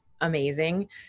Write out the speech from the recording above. amazing